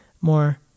more